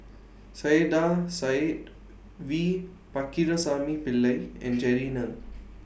Saiedah Said V Pakirisamy Pillai and Jerry Ng